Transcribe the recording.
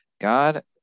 God